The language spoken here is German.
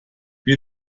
wie